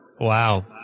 Wow